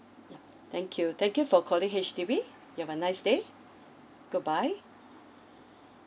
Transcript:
yeah thank you thank you for calling H_D_B you have a nice day goodbye